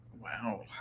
Wow